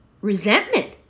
resentment